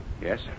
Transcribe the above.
Yes